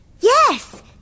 Yes